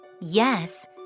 Yes